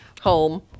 home